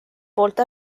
poolt